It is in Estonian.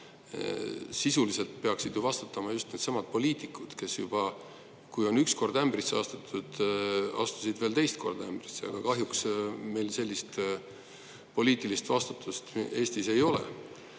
Sisuliselt peaksid vastutama just needsamad poliitikud, kes siis, kui juba üks kord oli ämbrisse astutud, astusid veel teist korda ämbrisse, aga kahjuks meil sellist poliitilist vastutust Eestis ei ole. Aga